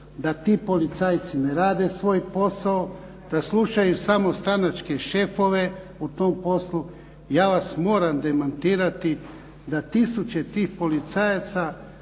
da ti policajci ne rade svoj posao, da slušaju samo stranačke šefove u tom poslu. Ja vas moram demantirati da tisuće tih policajaca